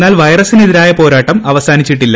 എന്നാൽ വൈറസിനെതിരായ പോരാട്ടം അവസാനിച്ചിട്ടില്ല